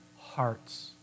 hearts